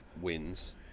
wins